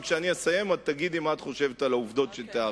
וכשאני אסיים את תגידי מה את חושבת על העובדות שתיארתי.